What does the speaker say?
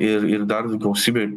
ir ir dar gausybė